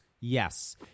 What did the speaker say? yes